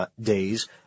days